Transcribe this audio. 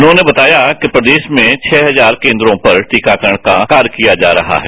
उन्होंने बताया कि प्रदेश में छह हजार केंद्रों पर टीकाकरण का कार्य किया जा रहा है